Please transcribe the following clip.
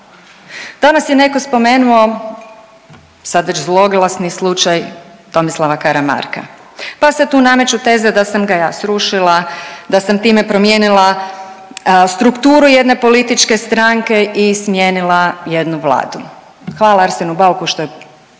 Danas je netko spomenuo, sad već zloglasni slučaj Tomislava Karamarka pa se tu nameću teze da sam ga ja srušila, da sam time promijenila strukturu jedne političke stranke i smijenila jednu Vladu. Hvala Arsenu Bauku što je